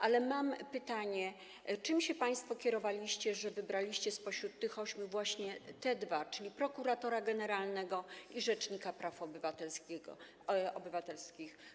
Ale mam pytanie: Czym się państwo kierowaliście, że wybraliście spośród tych ośmiu właśnie te dwa, czyli prokuratora generalnego i rzecznika praw obywatelskich?